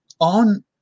on